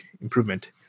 improvement